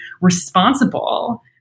responsible